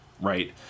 right